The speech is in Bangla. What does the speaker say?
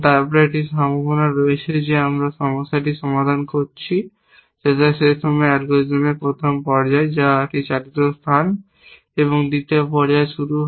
তারপরে একটি সম্ভাবনা রয়েছে যে আমরা সমস্যাটি সমাধান করেছি যাতে সেই সময়ে অ্যালগরিদমের প্রথম পর্যায় যা একটি চালিত স্থান এবং দ্বিতীয় পর্যায় শুরু হয়